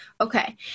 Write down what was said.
Okay